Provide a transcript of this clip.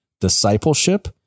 discipleship